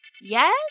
yes